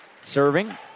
serving